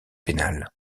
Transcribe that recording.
pénale